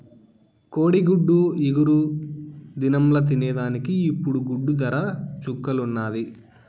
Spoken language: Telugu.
కోడిగుడ్డు ఇగురు దినంల తినేదానికి ఇప్పుడు గుడ్డు దర చుక్కల్లున్నాది